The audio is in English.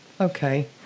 Okay